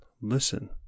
Listen